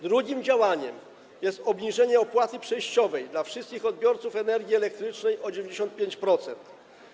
Drugim działaniem jest obniżenie opłaty przejściowej dla wszystkich odbiorców energii elektrycznej o 95%.